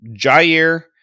Jair